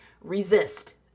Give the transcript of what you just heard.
resist